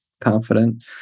confident